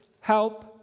help